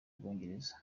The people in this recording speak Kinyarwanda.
bwongereza